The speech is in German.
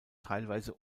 teilweise